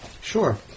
Sure